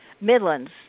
Midlands